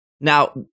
now